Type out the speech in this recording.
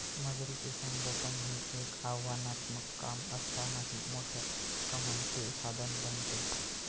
मगरीचे संगोपन हे एक आव्हानात्मक काम असतानाही मोठ्या कमाईचे साधन बनते